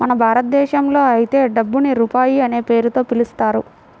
మన భారతదేశంలో అయితే డబ్బుని రూపాయి అనే పేరుతో పిలుస్తారు